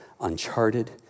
Uncharted